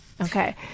Okay